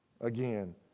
again